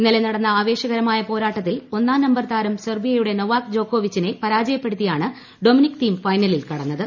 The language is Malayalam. ഇന്നലെ നടന്ന ആവേശകരമായ പ്പോരാട്ട്ത്തിൽ ഒന്നാം നമ്പർ താരം സെർബിയയുടെ നൊവാക് ജോർക്കോവിച്ചിനെ പരാജയപ്പെടുത്തിയാണ് ഡൊമിനിക് തീം ഫൈനല്ലിൽ കടന്നത്